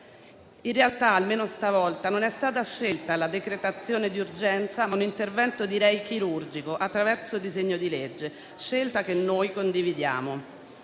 In realtà, almeno stavolta non è stata scelta la decretazione di urgenza, ma un intervento "chirurgico", attraverso un disegno di legge, scelta che noi condividiamo.